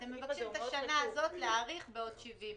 אתם מבקשים את השנה להאריך בעוד 70 ימים.